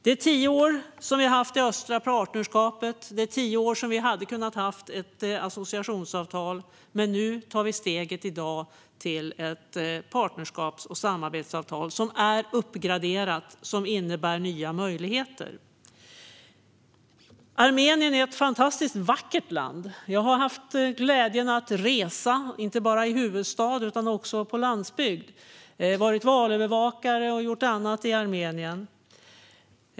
I tio år har vi haft det östliga partnerskapet - det är tio år då vi hade kunnat ha ett associationsavtal. Men i dag tar vi steget till ett partnerskaps och samarbetsavtal som uppgraderats och innebär nya möjligheter. Armenien är ett fantastiskt vackert land. Jag har haft glädjen att få resa inte bara i huvudstaden utan också på landsbygden. Jag har varit valövervakare och gjort annat i Armenien.